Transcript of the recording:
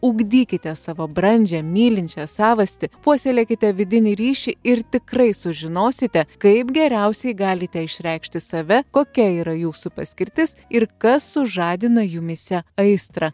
ugdykite savo brandžią mylinčią savastį puoselėkite vidinį ryšį ir tikrai sužinosite kaip geriausiai galite išreikšti save kokia yra jūsų paskirtis ir kas sužadina jumyse aistrą